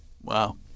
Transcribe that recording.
Wow